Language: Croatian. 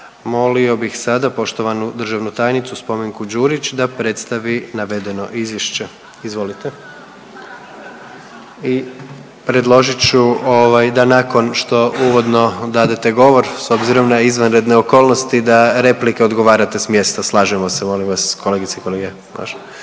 Molio bih sada poštovanu državnu tajnicu Spomenku Đurić da predstavi navedeno izvješće. Izvolite. I predložit ću da nakon što uvodno dadete govor s obzirom na izvanredne okolnosti da replike odgovarate s mjesta. Slažemo se molim vas kolegice i kolege?